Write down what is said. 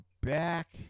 back